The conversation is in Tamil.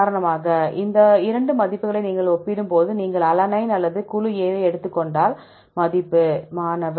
உதாரணமாக இந்த 2 மதிப்புகளை நீங்கள் ஒப்பிடும்போது நீங்கள் அலனைன் அல்லது A குழுவை எடுத்துக் கொண்டால் மதிப்பு மாணவர்